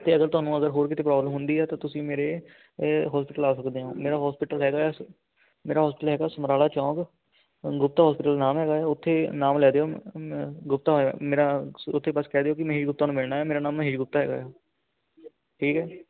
ਅਤੇ ਅਗਰ ਤੁਹਾਨੂੰ ਹੋਰ ਕਿਤੇ ਪ੍ਰੋਬਲਮ ਹੁੰਦੀ ਹੈ ਤਾਂ ਤੁਸੀਂ ਮੇਰੇ ਹੌਸਪੀਟਲ ਆ ਸਕਦੇ ਹੋ ਮੇਰਾ ਹੌਸਪੀਟਲ ਹੈਗਾ ਆ ਮੇਰਾ ਹੌਸਪੀਟਲ ਹੈਗਾ ਸਮਰਾਲਾ ਚੌਂਕ ਗੁਪਤਾ ਹੌਸਪੀਟਲ ਨਾਮ ਹੈਗਾ ਹੈ ਉੱਥੇ ਨਾਮ ਲੈ ਦਿਓ ਗੁਪਤਾ ਹੋਇਆ ਮੇਰਾ ਉੱਥੇ ਬਸ ਕਹਿ ਦਿਓ ਵੀ ਮਹੀਸ਼ ਗੁਪਤਾ ਮਿਲਣਾ ਹੈ ਮੇਰਾ ਨਾਮ ਮਹੀਸ਼ ਗੁਪਤਾ ਹੈਗਾ ਆ ਠੀਕ ਹੈ